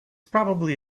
probably